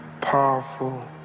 powerful